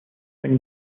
when